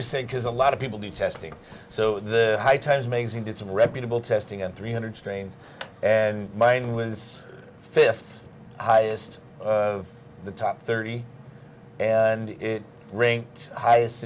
because a lot of people do testing so the high times magazine did some reputable testing on three hundred strains and mine was fifth highest the top thirty and it ranked high